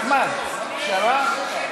אחמד, פשרה?